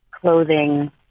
clothing